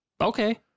Okay